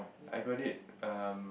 I got it um